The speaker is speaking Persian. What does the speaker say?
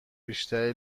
بیشتری